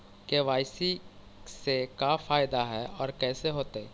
KYC से का फायदा है और कैसे होतै?